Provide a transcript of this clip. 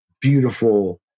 beautiful